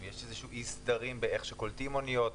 אם יש אי-סדרים באיך שקולטים את האוניות,